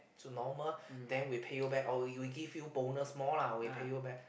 to normal then we pay you back or we we give you bonus more lah we pay you back